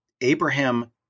Abraham